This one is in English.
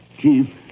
Chief